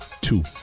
Two